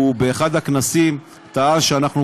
שבאחד הכנסים הוא טען שאנחנו,